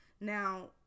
now